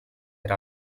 era